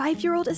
FIVE-YEAR-OLD